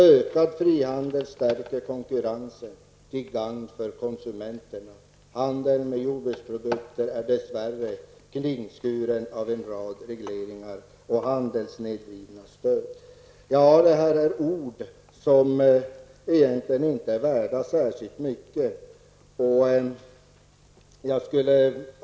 Ökad frihandel stärker konkurrensen till gagn för konsumenterna. Handeln med jordbruksprodukter är dess värre kringskuren av en rad regleringar och handelssnedvridande stöd. Det här är ord som egentligen inte är värda särskilt mycket.